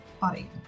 Body